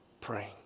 praying